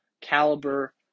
caliber